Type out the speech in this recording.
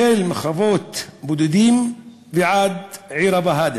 החל מחוות בודדים ועד עיר הבה"דים.